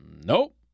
Nope